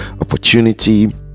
opportunity